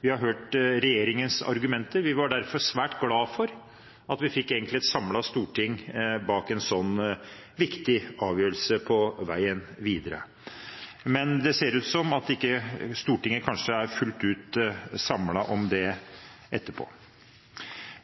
Vi har hørt regjeringens argumenter. Vi var derfor svært glade for at vi fikk et samlet storting bak en slik viktig avgjørelse på veien videre. Men det ser ut som om Stortinget kanskje ikke er fullt ut samlet om det etterpå.